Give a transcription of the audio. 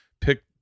pick